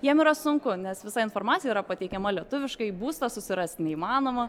jiem yra sunku nes visa informacija yra pateikiama lietuviškai būstą susirast neįmanoma